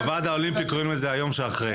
בוועד האולימפי קוראים לזה "היום שאחרי".